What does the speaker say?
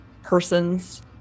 Persons